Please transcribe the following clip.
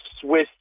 Swiss